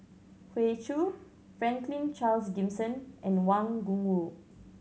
Hoey Choo Franklin Charles Gimson and Wang Gungwu